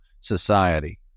society